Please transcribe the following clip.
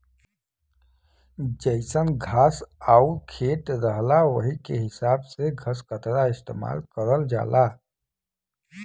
जइसन घास आउर खेत रहला वही के हिसाब से घसकतरा इस्तेमाल करल जाला